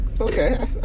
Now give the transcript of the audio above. Okay